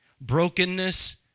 Brokenness